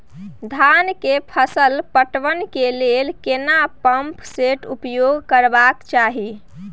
धान के फसल पटवन के लेल केना पंप सेट उपयोग करबाक चाही?